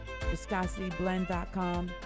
ViscosityBlend.com